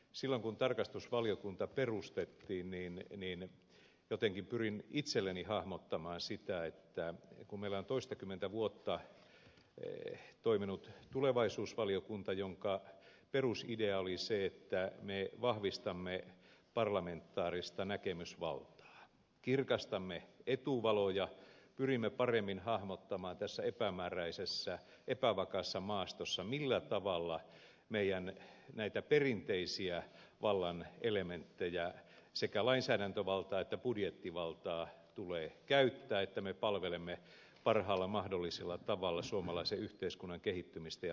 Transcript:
silloin kun tarkastusvaliokunta perustettiin jotenkin pyrin itselleni hahmottamaan sitä että meillä on toistakymmentä vuotta toiminut tulevaisuusvaliokunta jonka perusidea oli se että me vahvistamme parlamentaarista näkemysvaltaa kirkastamme etuvaloja pyrimme paremmin hahmottamaan tässä epämääräisessä epävakaassa maastossa millä tavalla meidän perinteisiä vallan elementtejä sekä lainsäädäntövaltaa että budjettivaltaa tulee käyttää että me palvelemme parhaalla mahdollisella tavalla suomalaisen yhteiskunnan kehittymistä ja rakentumista